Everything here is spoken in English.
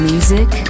Music